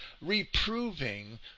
reproving